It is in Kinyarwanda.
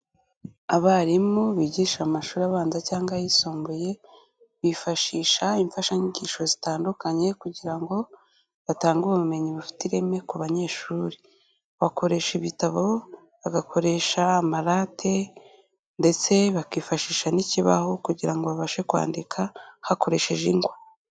Abarimu bigisha amashuri abanza cyangwa ayisumbuye, bifashisha imfashanyigisho zitandukanye kugira ngo batange ubumenyi bufite ireme ku banyeshuri. Bakoresha ibitabo, bagakoresha amarate, ndetse bakifashisha n’ikibaho kugira ngo babashe kwandika hakoresheje ingwa.